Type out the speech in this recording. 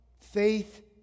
Faith